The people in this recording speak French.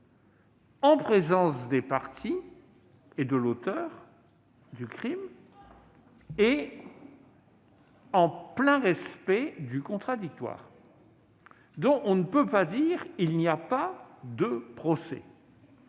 en présence des parties et de l'auteur du crime, et en plein respect du contradictoire. On ne peut donc pas dire qu'il n'y a pas eu de procès.